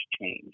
change